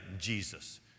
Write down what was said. jesus